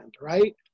right